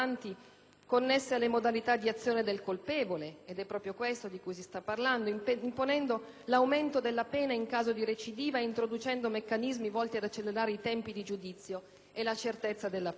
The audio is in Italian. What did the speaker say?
connesse alle modalità di azione del colpevole (ed è proprio questo di cui si sta parlando), imponendo l'aumento della pena in caso di recidiva e introducendo meccanismi volti ad accelerare i tempi di giudizio e la certezza della pena.